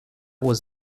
was